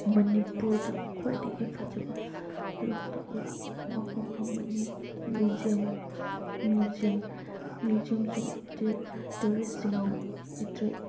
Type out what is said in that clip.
ꯃꯅꯤꯄꯨꯔꯗ ꯈ꯭ꯋꯥꯏꯗꯒꯤ ꯐꯖꯕ ꯂꯣꯛꯇꯥꯛ ꯂꯦꯛ ꯃꯐꯝ ꯑꯃꯅꯤ ꯃ꯭ꯌꯨꯖꯤꯌꯝ ꯃ꯭ꯌꯨꯖꯤꯌꯝ ꯃ꯭ꯌꯨꯖꯤꯌꯝꯁꯨ ꯇꯨꯔꯤꯁꯁꯤꯡꯅ ꯑꯦꯇ꯭ꯔꯦꯛ